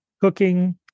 cooking